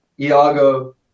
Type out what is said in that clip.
Iago